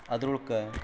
ಅದ್ರುಳ್ಕ